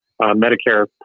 Medicare